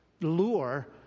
lure